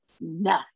no